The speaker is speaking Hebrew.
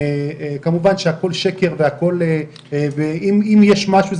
כמובן שהכול שקר ואם יש משהו,